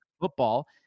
football